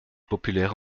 populaire